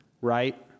Right